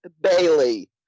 Bailey